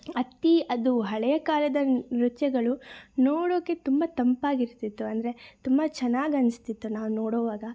ಅತೀ ಅದು ಹಳೆಯ ಕಾಲದ ನೃತ್ಯಗಳು ನೋಡೋಕ್ಕೆ ತುಂಬ ತಂಪಾಗಿರ್ತಿತ್ತು ಅಂದರೆ ತುಂಬ ಚೆನ್ನಾಗಿ ಅನಿಸ್ತಿತ್ತು ನಾನು ನೋಡೊವಾಗ